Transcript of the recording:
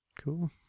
cool